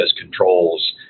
controls